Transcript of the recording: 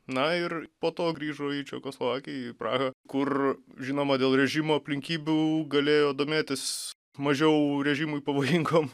na ir po to grįžo į čekoslovakiją į prahą kur žinoma dėl režimo aplinkybių galėjo domėtis mažiau režimui pavojingom